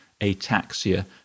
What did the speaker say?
ataxia